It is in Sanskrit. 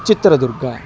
चित्रदुर्गम्